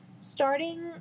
Starting